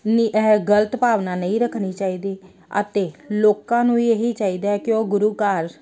ਨਹੀਂ ਇਹ ਗਲਤ ਭਾਵਨਾ ਨਹੀਂ ਰੱਖਣੀ ਚਾਹੀਦੀ ਅਤੇ ਲੋਕਾਂ ਨੂੰ ਵੀ ਇਹੀ ਚਾਹੀਦਾ ਕਿ ਉਹ ਗੁਰੂ ਘਰ